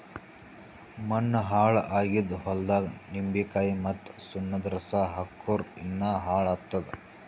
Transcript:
ಮಣ್ಣ ಹಾಳ್ ಆಗಿದ್ ಹೊಲ್ದಾಗ್ ನಿಂಬಿಕಾಯಿ ಮತ್ತ್ ಸುಣ್ಣದ್ ರಸಾ ಹಾಕ್ಕುರ್ ಇನ್ನಾ ಹಾಳ್ ಆತ್ತದ್